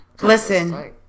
Listen